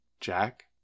Jack